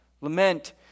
Lament